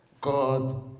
God